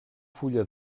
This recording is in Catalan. fulla